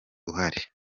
uhari